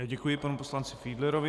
Děkuji panu poslanci Fiedlerovi.